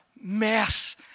mess